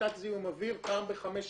להפחתת זיהום אוויר פעם בחמש שנים,